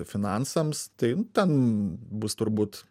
finansams tai ten bus turbūt